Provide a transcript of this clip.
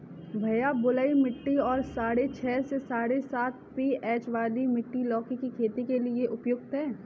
भैया बलुई मिट्टी और साढ़े छह से साढ़े सात पी.एच वाली मिट्टी लौकी की खेती के लिए उपयुक्त है